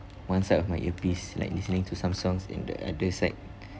one side of my earpiece like listening to some songs in the other side